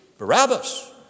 Barabbas